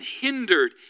hindered